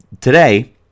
today